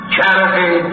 Charity